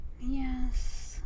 yes